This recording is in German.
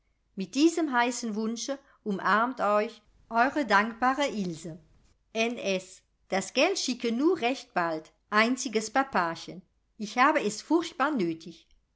mit diesem heißen wunsche umarmt euch eure dankbare ilse n s das geld schicke nur recht bald einziges papachen ich habe es furchtbar nötig